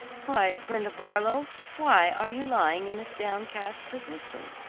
why, brenda barlow, why are you lying in this downcast position?